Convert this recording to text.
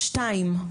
שתיים.